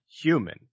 human